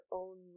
own